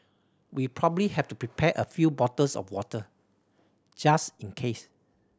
we probably have to prepare a few bottles of water just in case